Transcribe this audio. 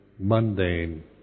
Mundane